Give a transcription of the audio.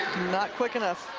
not quick enough.